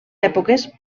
èpoques